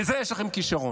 לזה יש לכם כישרון.